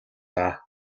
даа